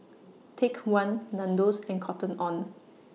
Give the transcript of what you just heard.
Take one Nandos and Cotton on